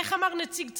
איך אמר נציג צה"ל?